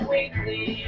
Weekly